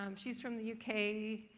um she's from the u k.